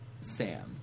Sam